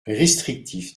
restrictif